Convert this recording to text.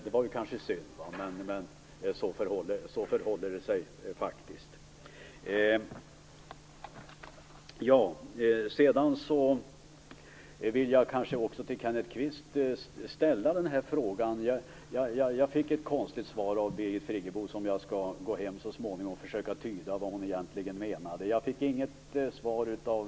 Det var kanske synd, men så förhåller det sig faktiskt. Sedan vill jag också till Kenneth Kvist ställa den här frågan. Jag fick ett konstigt svar av Birgit Friggebo. Jag skall så småningom gå hem och försöka tyda vad hon egentligen menade. Jag fick inget svar av